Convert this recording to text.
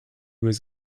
was